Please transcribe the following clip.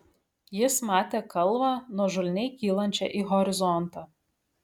jis matė kalvą nuožulniai kylančią į horizontą